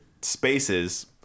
spaces